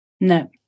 No